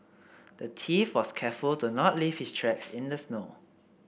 the thief was careful to not leave his tracks in the snow